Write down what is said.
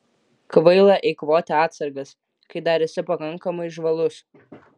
kvaila eikvoti atsargas kai dar esi pakankamai žvalus